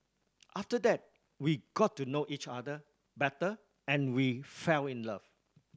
after that we got to know each other better and we fell in love